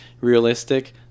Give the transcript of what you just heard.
realistic